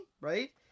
right